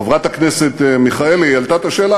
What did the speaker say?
חברת הכנסת מיכאלי העלתה את השאלה,